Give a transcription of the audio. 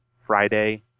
Friday